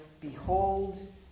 Behold